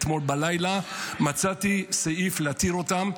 אתמול בלילה מצאתי סעיף להתיר אותם,